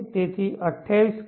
તેથી આ 28 કિ